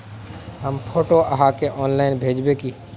हम फोटो आहाँ के ऑनलाइन भेजबे की?